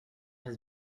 his